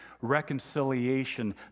reconciliation